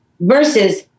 versus